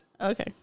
Okay